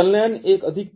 संलयन एक अधिक